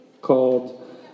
called